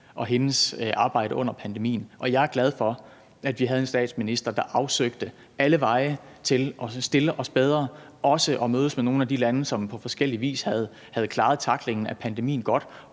og hendes arbejde under pandemien. Og jeg er glad for, at vi havde en statsminister, der afsøgte alle veje til at stille os bedre og også at mødes med nogle af de lande, som på forskellig vis havde klaret tacklingen af pandemien godt,